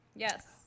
Yes